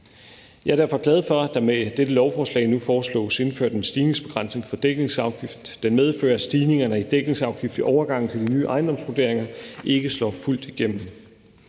Jeg er derfor glad for, at der med dette lovforslag nu foreslås indført en stigningsbegrænsning for dækningsafgiften. Den medfører, at stigningerne i dækningsafgiften i overgangen til de nye ejendomsvurderinger ikke slår fuldt igennem.